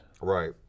Right